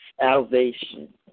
salvation